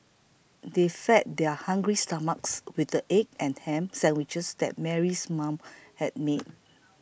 they fed their hungry stomachs with the egg and ham sandwiches that Mary's mother had made